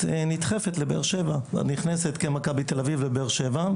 את נדחפת לבאר שבע ואת נכנסת כמכבי תל אביב בבאר שבע.